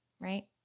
right